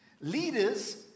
leaders